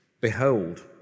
behold